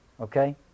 okay